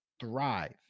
thrive